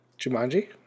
Jumanji